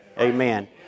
Amen